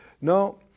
No